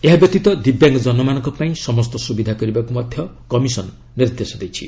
ଏହା ବ୍ୟତୀତ ଦିବ୍ୟାଙ୍ଗଜନମାନଙ୍କ ପାଇଁ ସମସ୍ତ ସୁବିଧା କରିବାକୁ ମଧ୍ୟ କମିଶନ ନିର୍ଦ୍ଦେଶ ଦେଇଛି